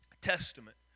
Testament